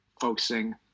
focusing